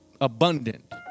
abundant